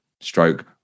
stroke